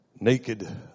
Naked